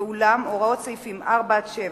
ואולם הוראות סעיפים 4 7,